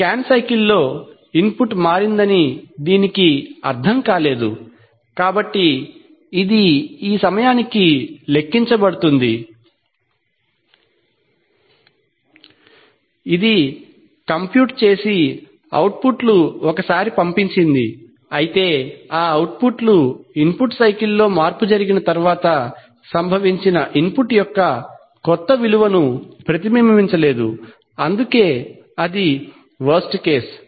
ఈ scan cycle లో input మారిందని దీనికి అర్ధం కాలేదు కాబట్టి ఇది ఈ సమయానికి లెక్కించబడుతుంది ఇది కంప్యూట్ చేసి అవుట్పుట్ లు ఒకసారి పంపించింది అయితే ఆ అవుట్పుట్ లు ఇన్పుట్ సైకిల్ లో మార్పు జరిగిన తర్వాత సంభవించిన ఇన్పుట్ యొక్క కొత్త విలువను ప్రతిబింబించలేదు అందుకే ఇది వరస్ట్ కేసు